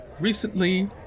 Recently